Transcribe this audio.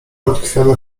utkwione